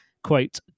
quote